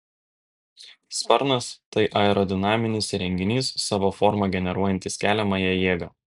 sparnas tai aerodinaminis įrenginys savo forma generuojantis keliamąją jėgą